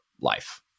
life